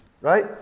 Right